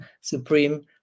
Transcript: supreme